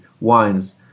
wines